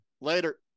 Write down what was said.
Later